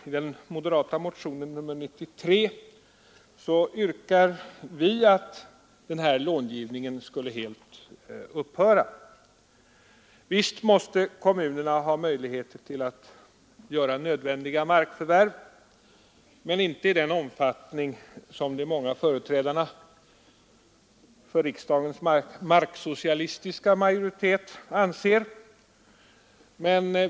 I den moderata motionen 93 yrkar vi att denna långivning helt skall upphöra. Visst måste kommunerna ha möjligheter att göra nödvändiga markförvärv, men inte i den omfattning som de många företrädarna för riksdagens marksocialistiska majoritet anser.